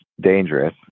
dangerous